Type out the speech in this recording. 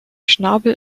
schnabel